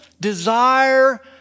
desire